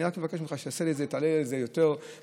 אני רק מבקש ממך שתראה לי את זה יותר בכתב,